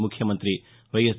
ముఖ్యమంతి వైఎస్